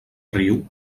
riu